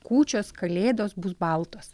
kūčios kalėdos bus baltos